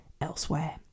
elsewhere